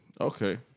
Okay